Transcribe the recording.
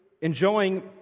enjoying